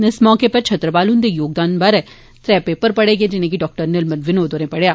इस मौके उप्पर छतरपाल हुंदे योगदान बारै त्रै पेपर पढ़े गेए जिनेंगी डा निर्मल विनोद होरें पढ़ेआ